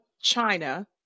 China